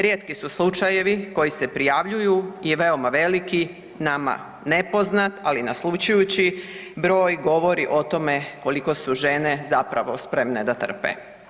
Rijetki su slučajevi koji se prijavljuju i veoma veliki nama nepoznat, ali naslućujući broj govori o tome koliko su žene zapravo spremne da trpe.